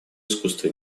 искусство